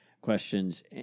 questions